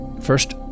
First